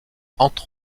entre